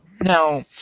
now